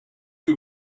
que